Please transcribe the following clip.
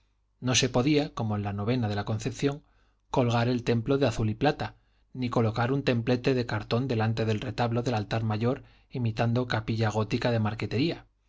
no se podía como en la novena de la concepción colgar el templo de azul y plata ni colocar un templete de cartón delante del retablo del altar mayor imitando capilla gótica de marquetería